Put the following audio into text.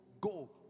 go